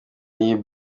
iyi